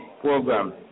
Program